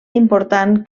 important